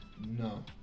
No